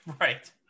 right